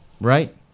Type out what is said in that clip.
right